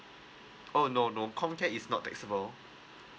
oh no no is not taxable